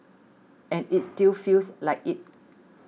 and it still feels like it